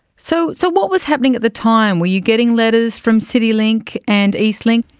so so what was happening at the time? were you getting letters from citylink and eastlink?